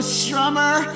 strummer